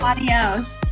Adios